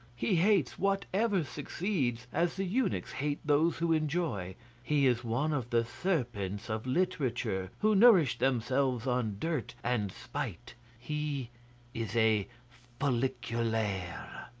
he hates whatever succeeds, as the eunuchs hate those who enjoy he is one of the serpents of literature who nourish themselves on dirt and spite he is a folliculaire.